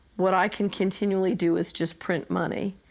what i can continually do is just print money,